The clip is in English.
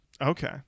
Okay